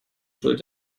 schuld